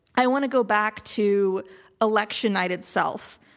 i want to go back to election night itself,